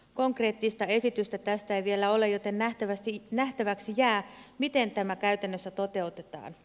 konkreettista esitystä tästä ei vielä ole joten nähtäväksi jää miten tämä käytännössä toteutetaan